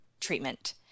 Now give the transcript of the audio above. treatment